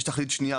יש תכלית שניה,